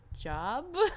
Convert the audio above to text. job